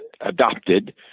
adopted